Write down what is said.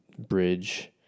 bridge